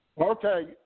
Okay